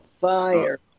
fire